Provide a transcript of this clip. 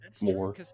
more